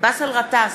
באסל גטאס,